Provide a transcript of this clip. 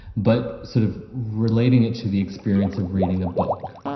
but sort of relating it to the experience of reading a book.